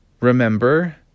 Remember